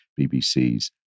BBC's